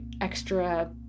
extra